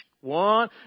One